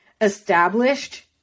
established